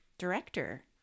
director